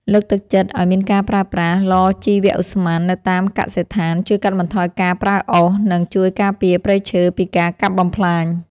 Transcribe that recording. លើកទឹកចិត្តឱ្យមានការប្រើប្រាស់ឡជីវឧស្ម័ននៅតាមកសិដ្ឋានជួយកាត់បន្ថយការប្រើអុស និង ជួយការពារព្រៃឈើពីការកាប់បំផ្លាញ។